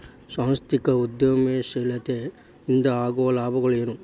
ಸಾಂಸ್ಥಿಕ ಉದ್ಯಮಶೇಲತೆ ಇಂದ ಆಗೋ ಲಾಭಗಳ ಏನು